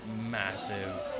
massive